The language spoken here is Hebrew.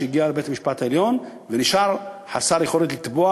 שהגיע לבית-המשפט העליון ונשאר חסר יכולת לתבוע.